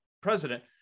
president